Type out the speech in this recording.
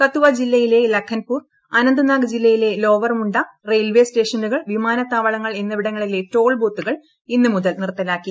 കതുവ ജില്ലയിലെ ലഖൻപൂർ അനന്ത്നാഗ് ജില്ലയിലെ ലോവർമുണ്ട റെയിൽവേ സ്റ്റേഷനുകൾ വിമാനത്താവളങ്ങൾ എന്നിവിടങ്ങളിലെ ടോൾ ബൂത്തുകൾ ഇന്ന് മുതൽ നിർത്തലാക്കി